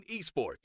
esports